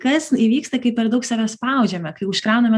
kas įvyksta kai per daug save spaudžiame kai užkrauname